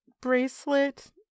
bracelet